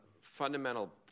fundamental